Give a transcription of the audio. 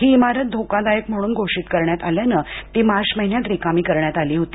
ही इमारत धोकादायक म्हणून घोषित करण्यात आल्यानं ती मार्च महिन्यातच रिकामी करण्यात आली होती